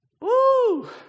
Woo